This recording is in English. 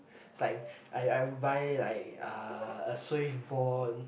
it's like I I would buy like uh a